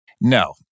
no